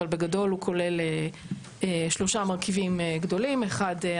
אבל בגדול הוא כולל שלושה מרכיבים גדולים: אחד,